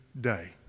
day